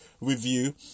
review